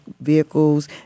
vehicles